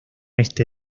este